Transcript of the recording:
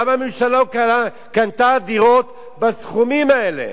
למה הממשלה לא קנתה דירות בסכומים האלה?